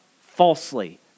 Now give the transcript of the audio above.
falsely